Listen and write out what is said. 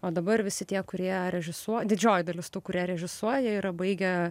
o dabar visi tie kurie režisuo didžioji dalis tų kurie režisuoja jie yra baigę